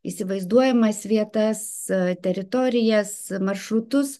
įsivaizduojamas vietas teritorijas maršrutus